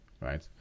right